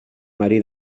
marí